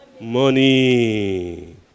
Money